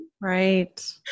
Right